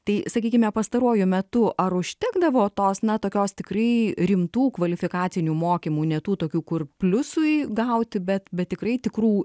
tai sakykime pastaruoju metu ar užtekdavo tos na tokios tikrai rimtų kvalifikacinių mokymų ne tų tokių kur pliusui gauti bet bet tikrai tikrų